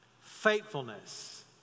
Faithfulness